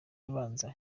abanza